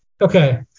Okay